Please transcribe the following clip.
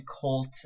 cult